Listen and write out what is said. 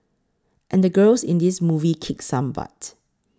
and the girls in this movie kick some butt